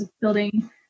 building